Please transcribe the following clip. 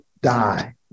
die